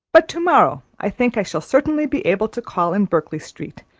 but tomorrow i think i shall certainly be able to call in berkeley street,